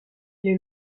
est